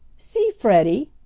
see, freddie,